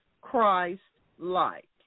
Christ-like